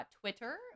Twitter